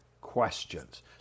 questions